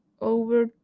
over